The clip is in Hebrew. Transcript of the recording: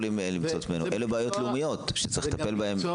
אלה בעיות לאומיות שצריך לטפל בהן.